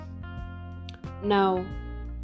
Now